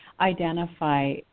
identify